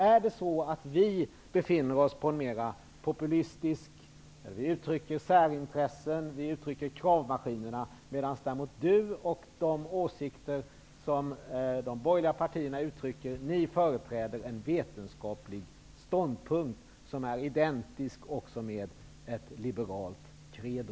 Är det så att vi befinner oss på en mera populistisk nivå, uttrycker särintressen, uppträder som kravmaskiner, medan däremot Lars Lejonborg och de borgerliga, med de åsikter som de uttrycker, företräder en vetenskaplig ståndpunkt, som också är identisk med ett liberalt credo?